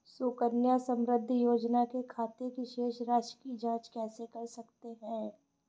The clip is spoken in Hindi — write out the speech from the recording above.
सुकन्या समृद्धि योजना के खाते की शेष राशि की जाँच कैसे कर सकते हैं?